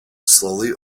slowly